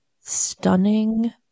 stunning